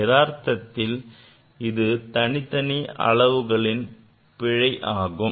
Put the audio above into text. யதார்த்தத்தில் அது தனித்தனி அளவுகளின் பிழை ஆகும்